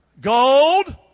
Gold